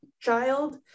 child